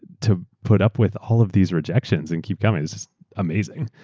to put up with all of these rejections and keep coming is just amazing.